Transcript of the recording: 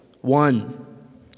One